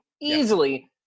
Easily